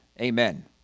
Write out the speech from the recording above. Amen